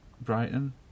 Brighton